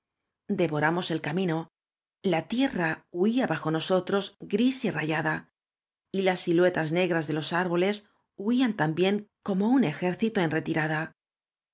devoramos el camino ia tierra huía bajo nosotros gris y rayada y las silnetas negras de losárboies huían también como un ejér cito en retirada